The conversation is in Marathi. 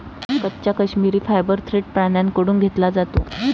कच्चा काश्मिरी फायबर थेट प्राण्यांकडून घेतला जातो